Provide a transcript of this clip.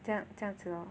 这样这样子 lor